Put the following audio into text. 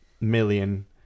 million